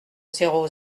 zéro